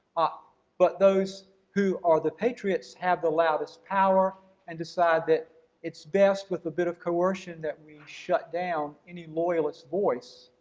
ah but those who are the patriots have the loudest power and decide that it's best with a bit of coercion that we shut down any loyalist voice,